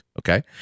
Okay